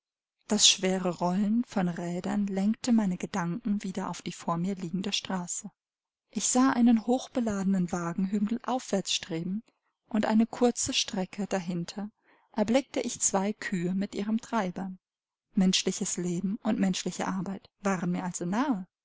das schwere rollen von rädern lenkte meine gedanken wieder auf die vor mir liegende straße ich sah einen hochbeladenen wagen hügelaufwärts streben und eine kurze strecke dahinter erblickte ich zwei kühe mit ihrem treiber menschliches leben und menschliche arbeit waren mir also nahe